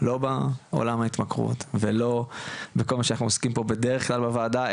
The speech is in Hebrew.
לא בעולם ההתמכרות ולא בכל מה שאנחנו עוסקים פה בדרך כלל בוועדה,